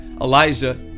Elijah